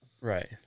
Right